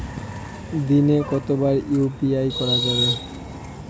দিনে কতবার ইউ.পি.আই করা যাবে?